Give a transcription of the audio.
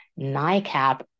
NICAP